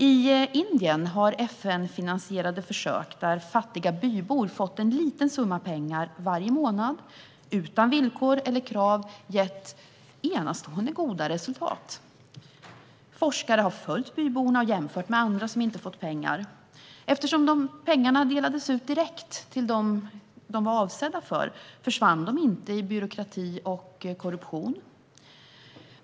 I Indien har FN-finansierade försök där fattiga bybor fått en liten summa pengar varje månad utan villkor eller krav gett enastående goda resultat. Forskare har följt byborna och jämfört med andra som inte har fått pengar. Eftersom pengarna delades ut direkt till dem de var avsedda för försvann de inte i byråkrati och korruption.